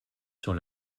sur